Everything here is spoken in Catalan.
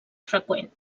freqüent